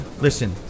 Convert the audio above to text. Listen